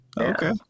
Okay